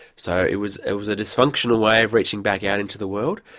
so it was it was a dysfunctional way of reaching back out into the world,